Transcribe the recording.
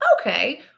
Okay